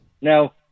Now